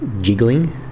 jiggling